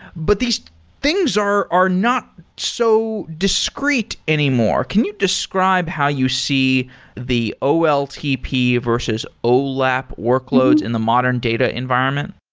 but these things are are not so discreet anymore. can you describe how you see the oltp versus olap workloads in the modern data environment?